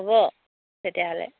হ'ব তেতিয়াহ'লে